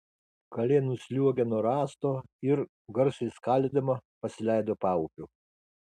kalė nusliuogė nuo rąsto ir garsiai skalydama pasileido paupiu